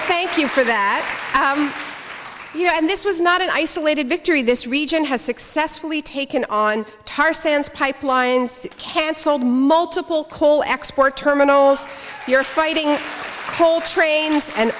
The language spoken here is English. thank you for that year and this was not an isolated victory this region has successfully taken on tar sands pipelines cancelled multiple coal export terminal you're fighting coal trains and